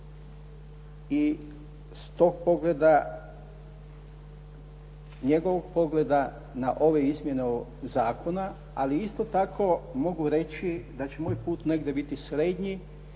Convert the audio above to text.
i stoga pogleda, njegovog pogleda na ove izmjene zakona, ali isto tako mogu reći da će moj put negdje biti srednji